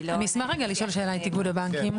אני אשמח רגע לשאול שאלה את איגוד הבנקים.